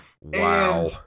Wow